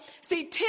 See